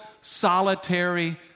solitary